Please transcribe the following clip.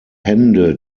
hände